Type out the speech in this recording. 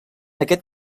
aquest